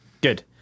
good